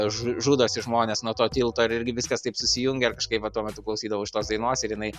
žu žudosi žmonės nuo to tilto ir irgi viskas taip susijungė ar kažkaip va tuo metu klausydavau šitos dainos ir jinai